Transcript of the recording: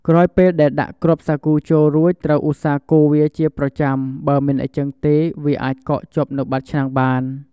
ក្រោយពេលដែលដាក់គ្រាប់សាគូចូលរួចត្រូវឧស្សាហ៍កូរវាជាប្រចាំ បើមិនអ៊ីចឹងទេវាអាចកកជាប់នៅបាតឆ្នាំងបាន។